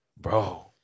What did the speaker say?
Bro